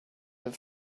have